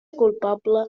culpable